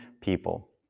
people